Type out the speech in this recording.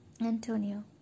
Antonio